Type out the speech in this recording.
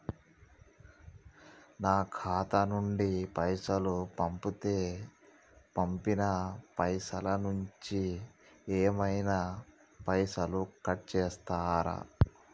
నా ఖాతా నుండి పైసలు పంపుతే పంపిన పైసల నుంచి ఏమైనా పైసలు కట్ చేత్తరా?